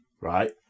right